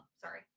sorry